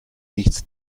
nichts